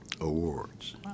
awards